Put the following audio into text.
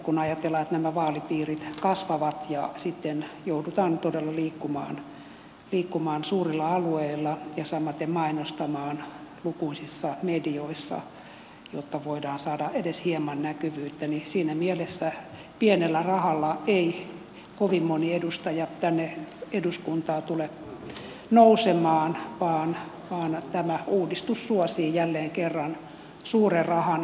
kun ajatellaan että nämä vaalipiirit kasvavat ja sitten joudutaan todella liikkumaan suurilla alueilla ja samaten mainostamaan lukuisissa medioissa jotta voidaan saada edes hieman näkyvyyttä niin siinä mielessä pienellä rahalla ei kovin moni edustaja tänne eduskuntaan tule nousemaan vaan tämä uudistus suosii jälleen kerran suuren rahan puolestapuhujia